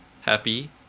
Happy